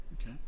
Okay